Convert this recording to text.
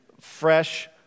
fresh